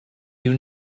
you